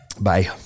Bye